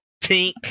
Tink